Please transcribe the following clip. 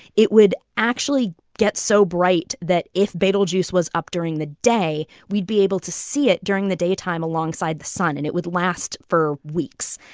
it would actually get so bright that if betelgeuse was up during the day, we'd be able to see it during the daytime alongside the sun. and it would last for weeks.